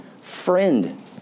friend